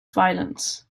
violence